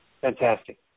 Fantastic